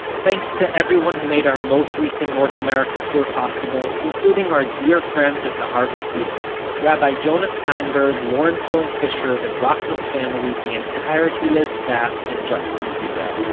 thanks to everyone who made our most recent north america tour possible, including our dear friends at the harvard hillel rabbi jonah steinberg, lauren cohen-fisher, the brachman family, the entire hillel staff and justin ziebell.